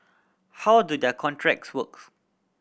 how do their contracts works